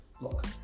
look